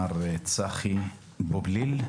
מר צחי בובליל,